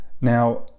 Now